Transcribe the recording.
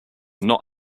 not